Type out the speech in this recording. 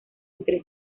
entre